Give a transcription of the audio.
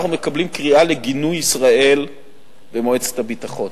אנחנו מקבלים קריאה לגינוי ישראל במועצת הביטחון,